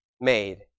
made